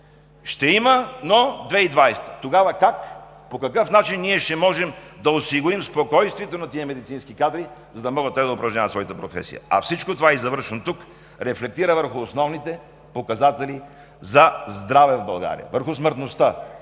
Ще има, но в 2020 г.! Тогава как, по какъв начин ние ще можем да осигурим спокойствието на тези медицински кадри, за да могат да упражняват своята професия?! Всичко това, завършвам тук, рефлектира върху основните показатели за здраве в България – върху смъртността,